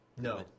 No